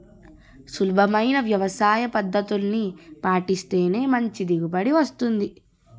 సులభమైన వ్యవసాయపద్దతుల్ని పాటిస్తేనే మంచి దిగుబడి వస్తుంది